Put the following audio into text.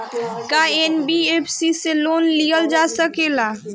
का एन.बी.एफ.सी से लोन लियल जा सकेला?